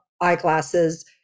eyeglasses